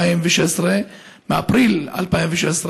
מאפריל 2016,